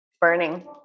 Burning